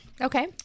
Okay